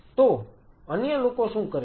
તો અન્ય લોકો શું કરે છે